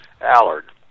Allard